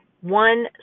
one